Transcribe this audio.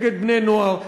נגד בני-נוער,